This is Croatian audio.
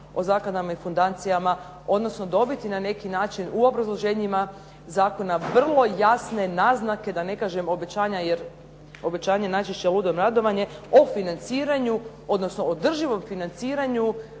o zakladama i fundacijama, odnosno dobiti na neki način u obrazloženjima zakona vrlo jasne naznake, da ne kažem obećanja jer obećanje najčešće ludom radovanje o financiranju, odnosno održivom financiranju